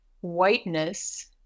whiteness